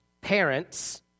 parents